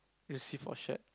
receive for shirt